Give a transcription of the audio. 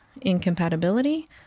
Incompatibility